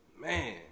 Man